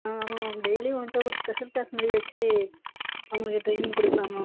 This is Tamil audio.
ஆ ஆமாம் மேம் டெய்லியும் வந்துட்டு ஒரு ஸ்பெஷல் க்ளாஸ் மாதிரி வச்சி அவங்களுக்கு ட்ரெயினிங் கொடுக்குலாம் மேம்